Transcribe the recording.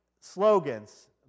slogans